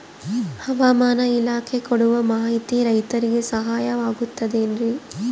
ಹವಮಾನ ಇಲಾಖೆ ಕೊಡುವ ಮಾಹಿತಿ ರೈತರಿಗೆ ಸಹಾಯವಾಗುತ್ತದೆ ಏನ್ರಿ?